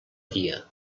dia